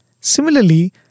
Similarly